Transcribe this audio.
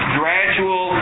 gradual